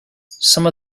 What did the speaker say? some